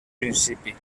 principi